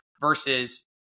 versus